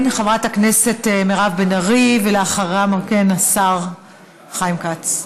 חברת הכנסת מירב בן ארי, ואחריה, השר חיים כץ.